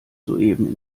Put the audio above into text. soeben